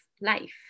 life